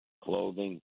clothing